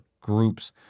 groups